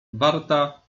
warta